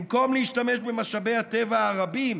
במקום להשתמש במשאבי הטבע הרבים